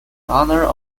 honor